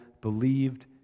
believed